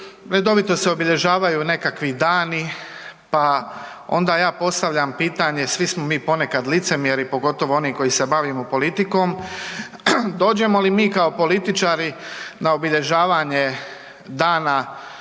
redovito se obilježavaju nekakvi dani pa onda ja postavljam pitanje, svi smo mi ponekad licemjeri, pogotovo oni koji se bavimo politikom, dođemo li mi kao političari na obilježavanje Dana